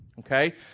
Okay